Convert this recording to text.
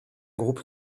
groupe